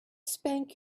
spank